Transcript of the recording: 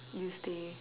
you stay